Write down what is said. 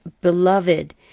beloved